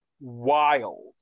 wild